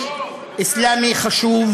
יישוב שנמצא במשולש,